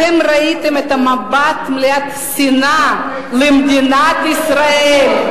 אתם ראיתם את המבט מלא השנאה למדינת ישראל,